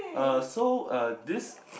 uh so uh this